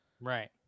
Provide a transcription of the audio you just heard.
Right